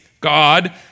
God